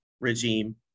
regime